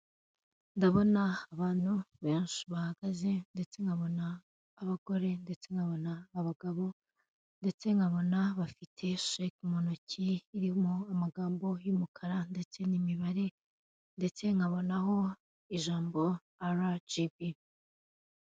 Ndabona abantu benshi bahagaze ndetse nkabona abagore ndetse nkabona abagabo ndetse nkabona bafite sheke mu ntoki irimo amagambo y'umukara ndetse n'imibare ndetse nkabonaho ijambo ara gibi.